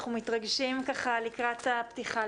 אנחנו מתרגשים לקראת הפתיחה,